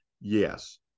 Yes